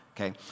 Okay